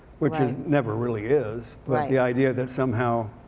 which is never really is, but the idea that somehow